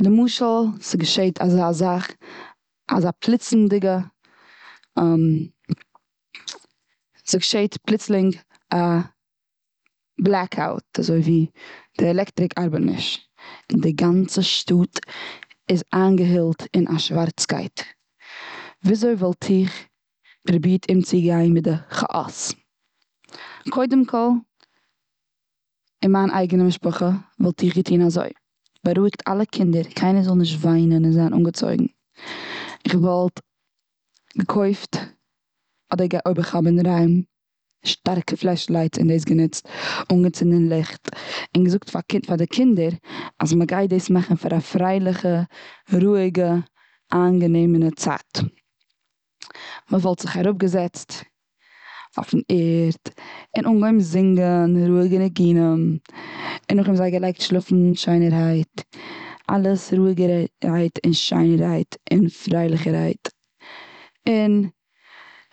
למשל ס'געשעט אזא זאך, אזא פלוצמדיגע ס'געשעט פלוצלונג א בלעק אויט, אזוי ווי. די לעקטער ארבעט נישט. און די גאנצע שטאט איז איינגעהילט און א שווארצקייט. וויאזוי וואלט איך פרובירט אום צו גיין מיט די כעאס? קודם כל, און מיין אייגענע משפחה וואלט איך געטון אזוי. בארואיגט אלע קינדער קיינער זאל נישט וויינען און זיין אנגעצויגן. כ'וואלט געקויפט אדער גע- אויב איך האב אינדערהיים שטארקע פלעשלייטס און דאס גענוצט. אנגעצונדן ליכט. און גע- געזאגט פאר די קינדער אז מ'גייט דאס מאכן פאר א פרייליכע, רואיגע, אנגענעמענע צייט. מ'וואלט זיך אראפ געזעצט אויפן ערד און אנגעהויבן זינגן, רואיגע ניגונים. און נאכדעם זיי געלייגט שלאפן שיינערהייט. אלעס רואיגערהייט, און שיינערהייט, און פרייליכערהייט. און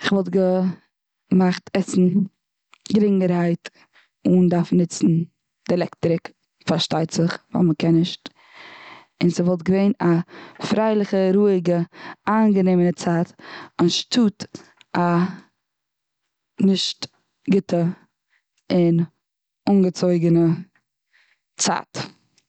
כ'וואלט געמאכט עסן גרינגערהייט. אן דארפן ניצן די עלעקטריק פארשטייט זיך, ווייל מ'קען נישט. און ס'וואלט געווען א פרייליכע, רואיגע, אנגענעמענע צייט. אנשטאט א נישט גוטע און אנגעצויגענע צייט.